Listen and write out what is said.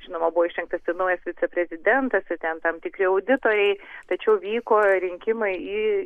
žinoma buvo išrinktas ir naujas viceprezidentas ir ten tam tikri auditoriai tačiau vyko rinkimai į